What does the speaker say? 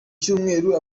cyumweru